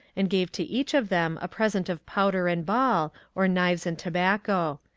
and gave to each of them a present of powder and ball, or knives and tobacco.